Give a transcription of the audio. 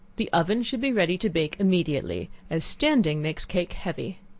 the oven should be ready to bake immediately, as standing makes cake heavy.